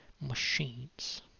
Machines